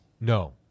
No